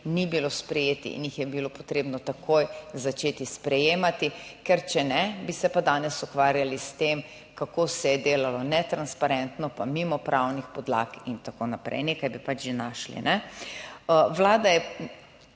ni bilo sprejetih in jih je bilo potrebno takoj začeti sprejemati, ker če ne, bi se pa danes ukvarjali s tem, kako se je delalo netransparentno pa mimo pravnih podlag in tako naprej. Nekaj bi pač že našli, kajne?